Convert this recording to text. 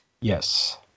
Yes